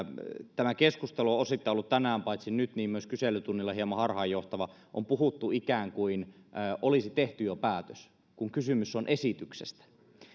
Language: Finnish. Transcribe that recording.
tämä keskustelu on osittain ollut tänään paitsi nyt niin myös kyselytunnilla hieman harhaanjohtava on puhuttu ikään kuin olisi tehty jo päätös kun kysymys on esityksestä